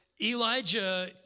Elijah